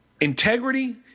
Integrity